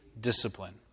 discipline